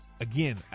Again